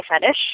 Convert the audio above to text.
fetish